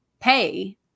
pay